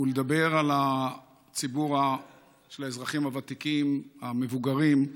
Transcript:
ולדבר על הציבור של האזרחים הוותיקים, המבוגרים,